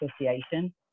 association